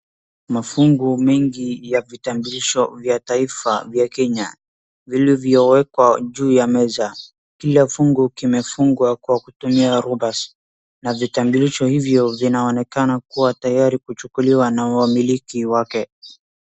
Mafungo mengi ya vitambulisho vya taifa vya Kenya vilivyowekwa juu ya meza. Kila fungo kimefungwa kwa kutumia rubbers na vitambulisho hivyo vinaonekana kuwa tayari kuchukuliwa na wamiliki wake.